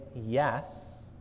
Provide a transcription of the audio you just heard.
yes